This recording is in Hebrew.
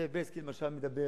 זאב בילסקי למשל מדבר,